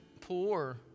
poor